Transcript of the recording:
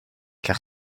car